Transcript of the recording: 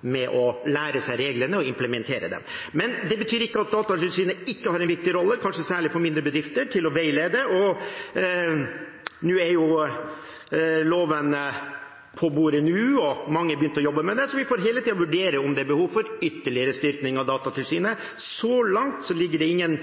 å lære seg reglene og implementere dem. Men det betyr ikke at Datatilsynet ikke har en viktig rolle med å veilede, kanskje særlig for mindre bedrifter. Nå er loven på bordet, og mange har begynt å jobbe med dette, så vi får hele tiden vurdere om det er behov for ytterligere styrkning av Datatilsynet. Så langt foreligger det ingen